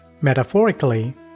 Metaphorically